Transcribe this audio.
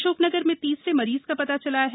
अशोकनगर में तीसरे मरीज का पता चला है